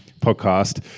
podcast